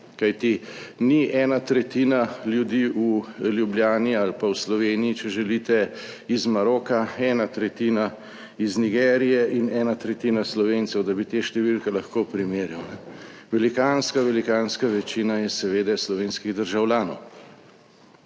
Kajti ni ena tretjina ljudi v Ljubljani ali pa v Sloveniji, če želite iz Maroka, ena tretjina iz Nigerije in ena tretjina Slovencev, da bi te številke lahko primerjali. Velikanska, velikanska večina je seveda slovenskih državljanov.